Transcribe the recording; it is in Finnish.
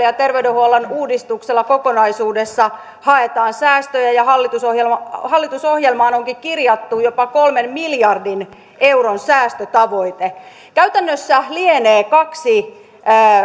ja terveydenhuollon uudistuksella kokonaisuudessaan haetaan säästöjä ja hallitusohjelmaan hallitusohjelmaan onkin kirjattu jopa kolmen miljardin euron säästötavoite käytännössä lienee kaksi